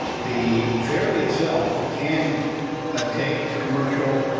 the ferry itself can take commercial